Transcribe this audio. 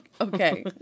Okay